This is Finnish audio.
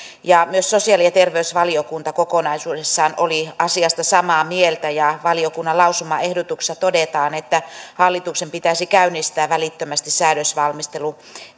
myös sosiaali ja terveysvaliokunta kokonaisuudessaan oli asiasta samaa mieltä ja valiokunnan lausumaehdotuksessa todetaan että hallituksen pitäisi käynnistää välittömästi säädösvalmistelu